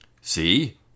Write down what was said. See